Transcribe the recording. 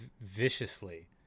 viciously